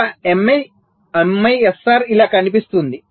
ఒక MISR ఇలా కనిపిస్తుంది